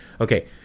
okay